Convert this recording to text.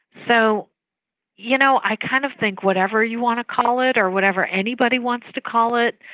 so you know, i kind of think whatever you want to call it or whatever anybody wants to call it,